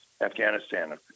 Afghanistan